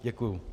Děkuju.